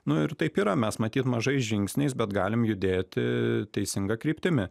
nu ir taip yra mes matyt mažais žingsniais bet galim judėti teisinga kryptimi